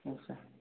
ଆଚ୍ଛା